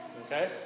okay